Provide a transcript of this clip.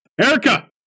Erica